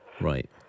Right